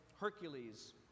Hercules